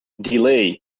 delay